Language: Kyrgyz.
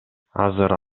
азыр